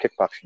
kickboxing